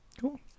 Cool